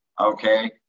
okay